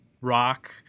rock